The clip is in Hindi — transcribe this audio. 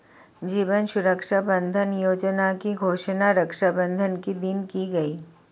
जीवन सुरक्षा बंधन योजना की घोषणा रक्षाबंधन के दिन की गई